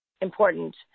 important